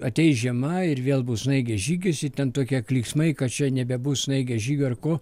ateis žiema ir vėl bus snaigės žygis ir ten tokie klyksmai kad čia nebebus snaigės žygio ar ko